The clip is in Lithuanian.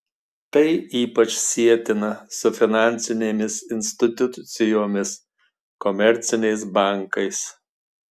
tai ypač sietina su finansinėmis institucijomis komerciniais bankais